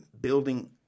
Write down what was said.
building